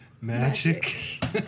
magic